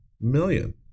million